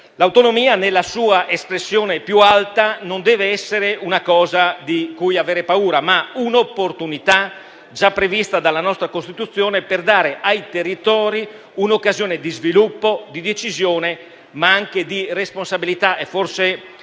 L'autonomia, nella sua espressione più alta, non deve essere una cosa di cui avere paura, ma un'opportunità, già prevista dalla nostra Costituzione, per dare ai territori un'occasione di sviluppo, di decisione, ma anche di responsabilità.